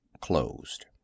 closed